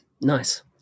Nice